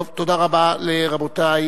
תודה רבה לרבותי.